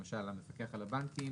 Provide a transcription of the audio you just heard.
למשל, המפקח על הבנקים